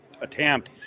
attempt